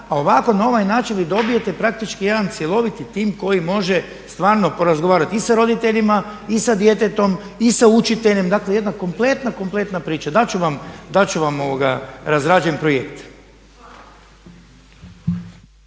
A ovako na ovaj način vi dobijete praktički jedan cjeloviti tim koji može stvarno porazgovarati i sa roditeljima i sa djetetom i sa učiteljem. Dakle, jedna kompletna, kompletna priča. Dat ću vam razrađen projekt.